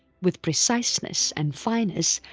with preciseness and finesse,